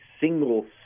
single